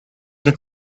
the